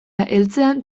heltzean